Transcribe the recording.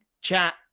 chat